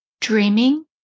dreaming